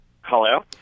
Hello